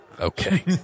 Okay